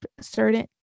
certain